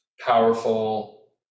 powerful